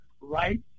right